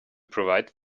provide